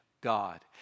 God